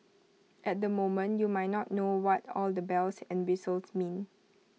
at the moment you might not know what all the bells and whistles mean